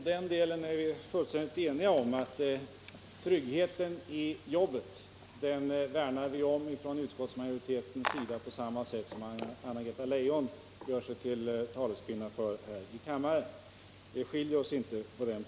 Herr talman! När det gäller det sista Anna-Greta Leijon sade är vi fullständigt eniga. Tryggheten i jobben värnar utskottsmajoriteten om i lika hög grad som Anna-Greta Leijon gör. På den punkten skiljer vi oss alltså inte åt.